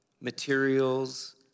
materials